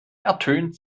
ertönt